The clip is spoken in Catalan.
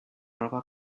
roba